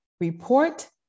Report